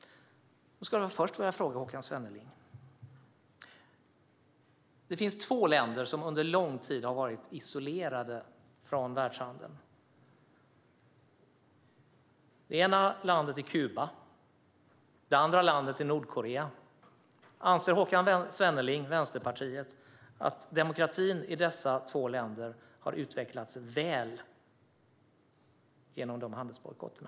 Jag skulle vilja fråga Håkan Svenneling något. Det finns två länder som under lång tid har varit isolerade från världshandeln. Det ena landet är Kuba, och det andra landet är Nordkorea. Anser Håkan Svenneling från Vänsterpartiet att demokratin i dessa två länder har utvecklats väl genom handelsbojkotterna?